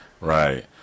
Right